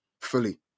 Fully